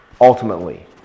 ultimately